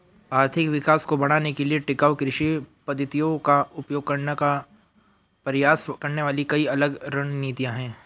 आर्थिक विकास को बढ़ाने के लिए टिकाऊ कृषि पद्धतियों का उपयोग करने का प्रयास करने वाली कई अलग रणनीतियां हैं